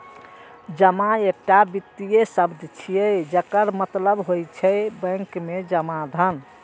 जमा एकटा वित्तीय शब्द छियै, जकर मतलब होइ छै बैंक मे जमा धन